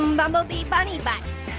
um bumblebee bunny butts.